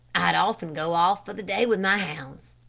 i'd often go off for the day with my hounds.